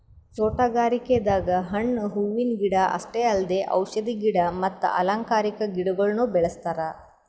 ತೋಟಗಾರಿಕೆದಾಗ್ ಹಣ್ಣ್ ಹೂವಿನ ಗಿಡ ಅಷ್ಟೇ ಅಲ್ದೆ ಔಷಧಿ ಗಿಡ ಮತ್ತ್ ಅಲಂಕಾರಿಕಾ ಗಿಡಗೊಳ್ನು ಬೆಳೆಸ್ತಾರ್